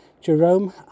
Jerome